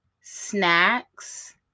snacks